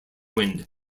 wind